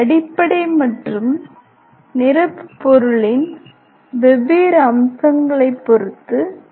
அடிப்படை மற்றும் நிரப்பு பொருளின் வெவ்வேறு அம்சங்களைப் பொறுத்து 4